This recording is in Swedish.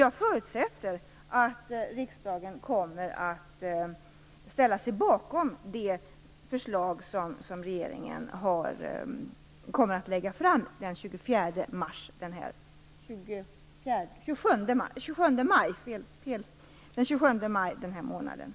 Jag förutsätter dock att riksdagen kommer att ställa sig bakom det förslag som regeringen kommer att lägga fram den 27 maj.